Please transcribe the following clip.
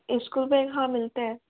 school bag हाँ मिलता है